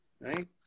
Right